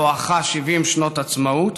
בואכה 70 שנות עצמאות.